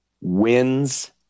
wins